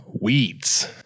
weeds